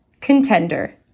contender